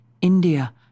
India